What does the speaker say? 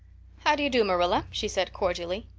how do you do, marilla? she said cordially.